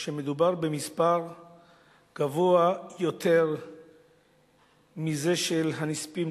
שמדובר במספר גבוה יותר מזה של הנספים,